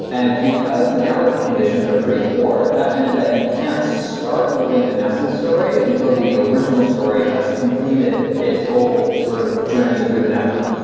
and because the network conditions are pretty poor, that meant that you can't start loading the nested story until the original story has completed its whole sort of journey through the network,